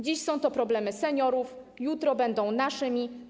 Dziś są to problemy seniorów, jutro będą nasze.